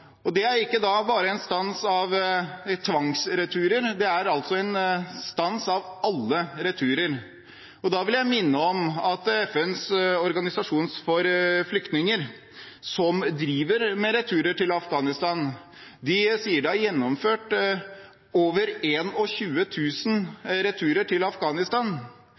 Det er ikke bare stans av tvangsreturer. Det er stans av alle returer. Da vil jeg minne om at FNs organisasjon for flyktninger, som driver med returer til Afghanistan, sier det er gjennomført over 21 000 returer til Afghanistan